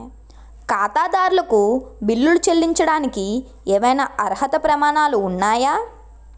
ఖాతాదారులకు బిల్లులు చెల్లించడానికి ఏవైనా అర్హత ప్రమాణాలు ఉన్నాయా?